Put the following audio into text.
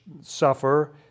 suffer